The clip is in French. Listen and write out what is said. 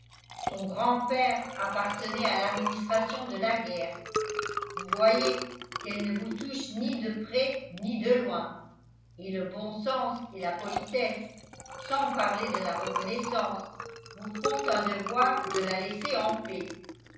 son grand-père appartenait à l'administration de la guerre vous voyez qu'elle ne vous touche ni de près ni de loin et le bon sens et la politesse sans parler de la reconnaissance vous font un devoir de la laisser en paix